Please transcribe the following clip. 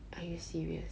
are you serious